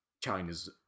china's